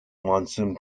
monsoon